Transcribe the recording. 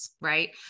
right